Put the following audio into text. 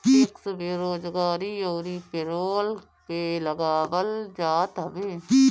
tax बेरोजगारी अउरी payroll पे लगावल जात हवे